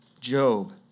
Job